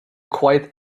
quite